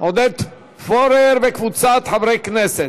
עודד פורר וקבוצת חברי הכנסת.